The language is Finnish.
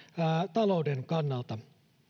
talouden kannalta